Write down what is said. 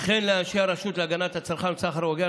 וכן לאנשי הרשות להגנת הצרכן והסחר ההוגן,